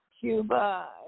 Cuba